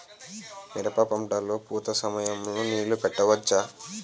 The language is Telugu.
మిరప పంట లొ పూత సమయం లొ నీళ్ళు పెట్టవచ్చా?